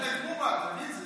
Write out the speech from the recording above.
שלא יתנקמו בה, אתה מבין?